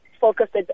focused